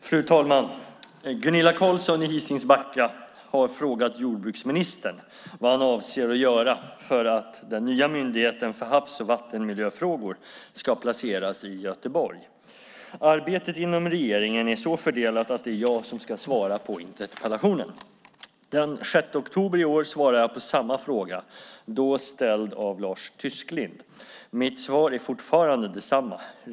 Fru talman! Gunilla Carlsson i Hisings Backa har frågat jordbruksministern vad han avser att göra för att den nya myndigheten för havs och vattenmiljöfrågor ska placeras i Göteborg. Arbetet inom regeringen är så fördelat att det är jag som ska svara på interpellationen. Den 6 oktober i år svarade jag på samma fråga, då ställd av Lars Tysklind. Mitt svar är fortfarande detsamma.